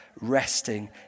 resting